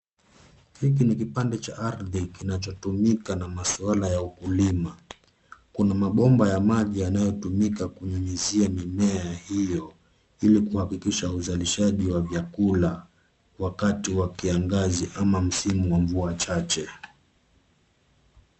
Hiki ni kipande cha ardhi kinachotumika na maswala ya ukulima. Kuna mabomba ya maji yanayotumika kunyunyizia mimea hiyo, ili kuhakikisha uzalishaji wa vyakula wakati wa kiangazi ama msimu wa mvua chache.